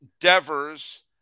Devers